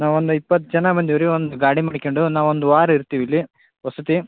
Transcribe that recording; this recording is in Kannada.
ನಾವೊಂದು ಇಪ್ಪತ್ತು ಜನ ಬಂದೀವಿ ರಿ ಒಂದು ಗಾಡಿ ಮಾಡಿಕೊಂಡು ನಾವು ಒಂದು ವಾರ ಇರ್ತೀವಿಲ್ಲಿ ವಸತಿ